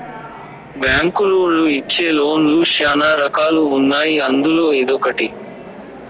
బ్యాంకులోళ్ళు ఇచ్చే లోన్ లు శ్యానా రకాలు ఉన్నాయి అందులో ఇదొకటి